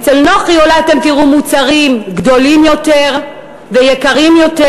אצל נוחי אולי אתם תראו מוצרים גדולים יותר ויקרים יותר,